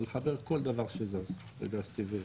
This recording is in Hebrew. ולחבר כל דבר שזז לגז טבעי,